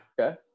Okay